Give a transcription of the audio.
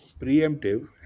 preemptive